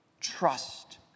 trust